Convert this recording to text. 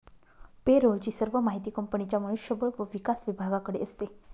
पे role ची सर्व माहिती कंपनीच्या मनुष्य बळ व विकास विभागाकडे असते